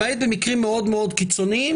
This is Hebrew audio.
למעט במקרים מאוד מאוד קיצוניים,